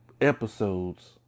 episodes